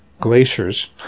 glaciers